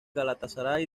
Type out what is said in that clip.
galatasaray